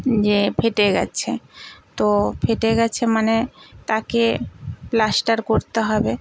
যে ফেটে গেছে তো ফেটে গেছে মানে তাকে প্লাস্টার করতে হবে